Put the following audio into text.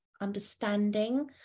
understanding